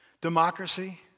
democracy